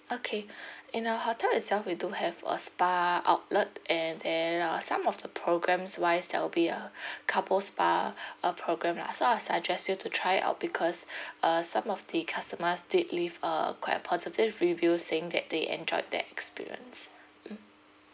okay in our hotel itself we do have a spa outlet and there are some of the programs wise there will be a couple spa uh program lah so I suggest you to try out because uh some of the customers did leave uh quite a positive review saying that they enjoyed that experience